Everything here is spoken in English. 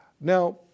Now